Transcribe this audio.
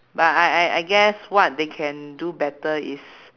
but I I I guess what they can do better is